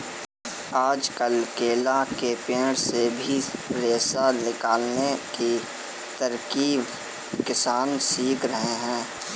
आजकल केला के पेड़ से भी रेशा निकालने की तरकीब किसान सीख रहे हैं